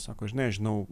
sako žinai aš žinau